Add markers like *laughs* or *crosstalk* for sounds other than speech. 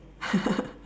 *laughs*